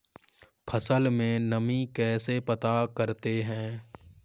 फसल में नमी कैसे पता करते हैं?